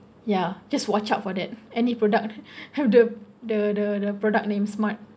ya just watch out for that any product have the the the product name smart